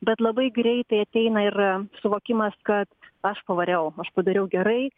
bet labai greitai ateina ir suvokimas kad aš pavariau padariau gerai